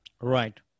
Right